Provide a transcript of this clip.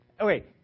Okay